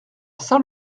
saint